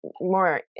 more